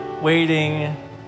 waiting